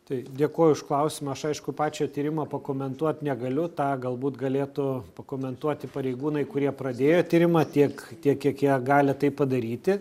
tai dėkoju už klausimą aš aišku pačio tyrimo pakomentuot negaliu tą galbūt galėtų pakomentuoti pareigūnai kurie pradėjo tyrimą tiek tiek kiek jie gali tai padaryti